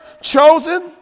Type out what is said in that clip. chosen